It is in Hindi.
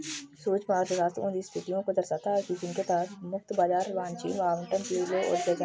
सूक्ष्म अर्थशास्त्र उन स्थितियों को दर्शाता है जिनके तहत मुक्त बाजार वांछनीय आवंटन की ओर ले जाते हैं